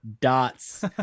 dots